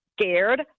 scared